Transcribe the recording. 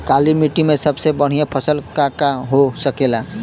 काली माटी में सबसे बढ़िया फसल का का हो सकेला?